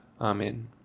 Amen